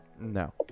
No